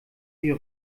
die